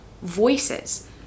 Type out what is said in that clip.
voices